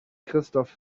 christoph